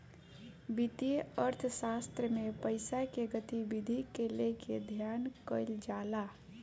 वित्तीय अर्थशास्त्र में पईसा के गतिविधि के लेके अध्ययन कईल जाला